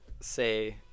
say